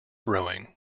rowing